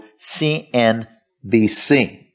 CNBC